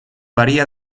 varía